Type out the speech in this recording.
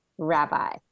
rabbi